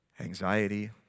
anxiety